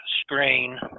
screen